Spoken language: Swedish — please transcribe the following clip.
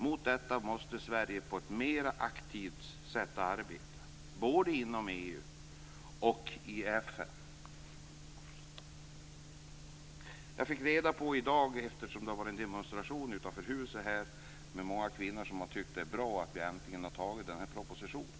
Mot detta måste Sverige arbeta på ett mer aktivt sätt, både inom EU I dag har det varit en demonstration här utanför Riksdagshuset med många kvinnor som har tyckt att det är bra att vi äntligen antar den här propositionen.